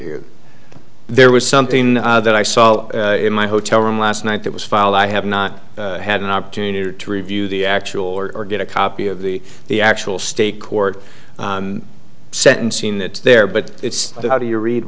here there was something that i saw in my hotel room last night that was filed i have not had an opportunity to review the actual or or get a copy of the the actual state court sentencing that there but it's how do